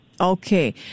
Okay